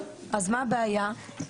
אז מה הבעיה?